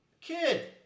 Kid